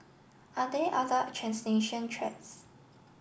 are there other trans nation threats